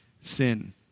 sin